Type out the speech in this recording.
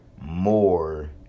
more